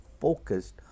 focused